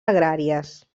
agràries